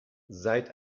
seit